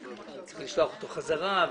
לשלוח אותו בחזרה?